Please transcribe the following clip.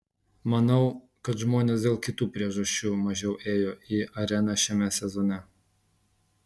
manau kad žmonės dėl kitų priežasčių mažiau ėjo į areną šiame sezone